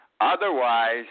Otherwise